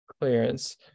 Clearance